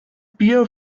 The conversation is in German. bier